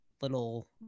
little